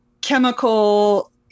chemical